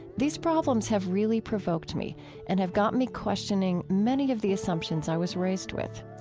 these problems have really provoked me and have got me questioning many of the assumptions i was raised with.